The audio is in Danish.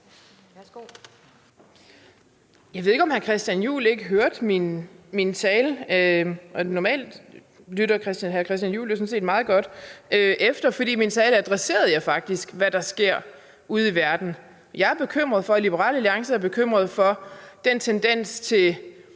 Jeg ved ikke, om hr. Christian Juhl ikke hørte min tale – normalt lytter hr. Christian Juhl jo sådan set meget godt efter – for i min tale adresserede jeg faktisk, hvad der sker ude i verden. Jeg er bekymret for, og Liberal Alliance er bekymret for den tendens til